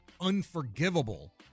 unforgivable